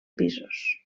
pisos